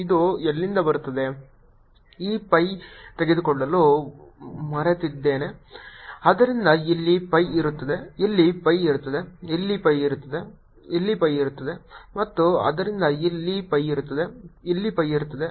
ಇದು ಇಲ್ಲಿಂದ ಬರುತ್ತಿದೆ ಈ pi ನಾನು ತೆಗೆದುಕೊಳ್ಳಲು ಮರೆತಿದ್ದೇನೆ ಆದ್ದರಿಂದ ಇಲ್ಲಿ pi ಇರುತ್ತದೆ ಇಲ್ಲಿ pi ಇರುತ್ತದೆ ಇಲ್ಲಿ pi ಇರುತ್ತದೆ ಇಲ್ಲಿ pi ಇರುತ್ತದೆ ಮತ್ತು ಆದ್ದರಿಂದ ಇಲ್ಲಿ pi ಇರುತ್ತದೆ ಇಲ್ಲಿ pi ಇರುತ್ತದೆ